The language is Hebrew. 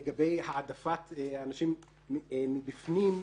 לגבי העדפת אנשים מבפנים,